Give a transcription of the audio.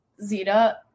Zeta